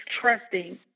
trusting